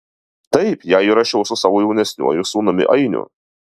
taip ją įrašiau su savo jaunesniuoju sūnumi ainiu